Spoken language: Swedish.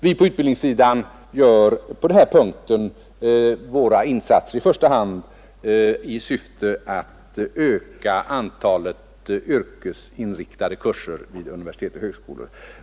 Vi på utbildningssidan gör på denna punkt våra insatser i första hand i syfte att öka antalet yrkesinriktade kurser vid universitet och högskolor.